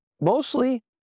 Mostly